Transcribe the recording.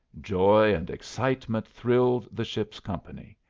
joy and excitement thrilled the ship's company.